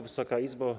Wysoka Izbo!